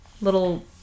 little